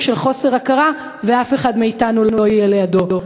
של חוסר הכרה ואף אחד מאתנו לא יהיה לידו.